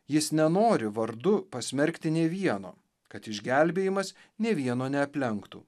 jis nenori vardu pasmerkti nei vieno kad išgelbėjimas nė vieno neaplenktų